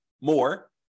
more